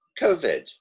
Covid